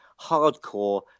Hardcore